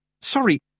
Sorry